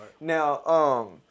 Now